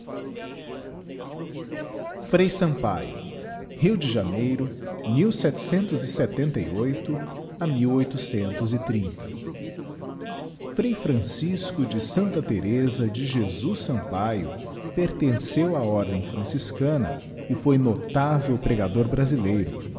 zedby google rio de janeiro a ama frei francisco de s thereza de jesus sampaio pertenceu á ordem franciscana e foi notável pregador brasileiro